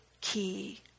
key